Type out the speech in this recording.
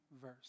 verse